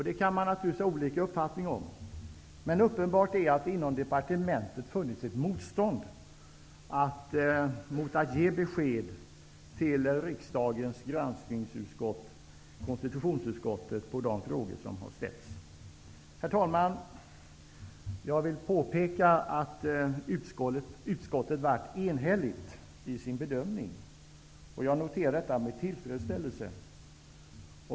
Det kan man ha olika uppfattning om, men uppenbart är att det inom departementet funnits ett motstånd mot att ge besked till riksdagens granskningsutskott, konstitutionsutskottet, på de frågor som har ställts. Herr talman! Jag vill påpeka att utskottet varit enhälligt i sin bedömning. Jag noterar detta med tillfredsställelse.